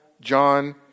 John